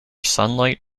sunlight